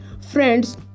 friends